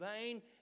vain